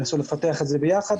לנסות לפתח את זה ביחד.